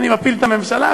אני מפיל את הממשלה,